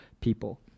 people